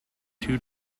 two